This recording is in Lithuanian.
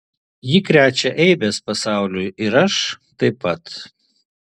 ji krečia eibes pasauliui ir aš taip pat